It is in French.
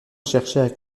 cherchait